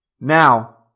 Now